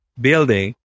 building